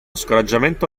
scoraggiamento